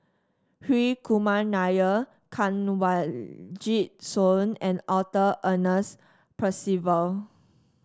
Hri Kumar Nair Kanwaljit Soin and Arthur Ernest Percival